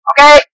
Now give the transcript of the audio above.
Okay